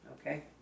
Okay